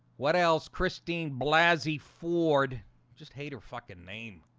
what else christine blasi ford just hate her fucking name